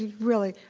really.